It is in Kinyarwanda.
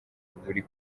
buri